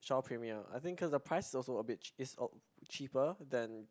Shaw Premiere I think cause the price is also a bit is cheaper than